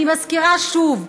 אני מזכירה שוב: